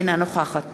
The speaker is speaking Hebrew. אינה נוכחת